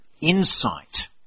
insight